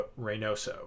Reynoso